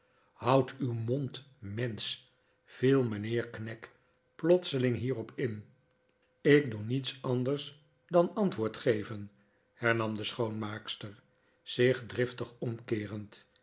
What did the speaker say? houd uw mond mensch viel mijnheer knag plotseling hierop in ik doe niets anders dan antwoord geven hernam de schoonmaakster zich driftig omkeerend